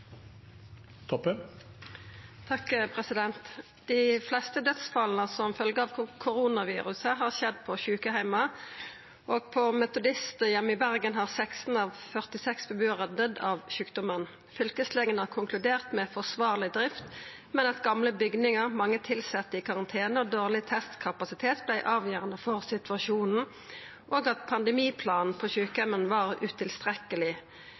Bergen har 16 av 46 bebuarar døydd av sjukdomen. Fylkeslegen har konkludert med forsvarleg drift, men at gamle bygningar, mange tilsette i karantene og dårleg testkapasitet blei avgjerande for situasjonen, og at pandemiplanen på sjukeheimen var utilstrekkeleg.